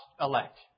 elect